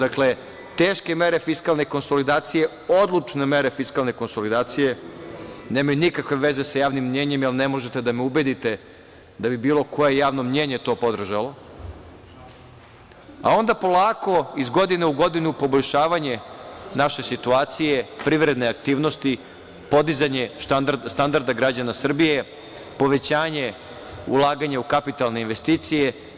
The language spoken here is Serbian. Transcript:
Dakle, teške mere fiskalne konsolidacije, odlučne mere fiskalne konsolidacije nemaju nikakve veze sa javnim mnjenjem, jer ne možete da me ubedite da bi bilo koje javno mnjenje to podržalo, a onda polako, iz godine u godinu poboljšavanje naše situacije, privredne aktivnosti, podizanje standarda građana Srbije, povećanje ulaganja u kapitalne investicije.